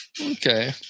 Okay